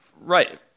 Right